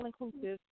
inclusive